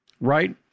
right